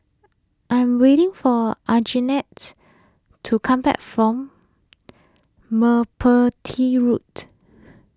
I am waiting for Anjanette to come back from Merpati Road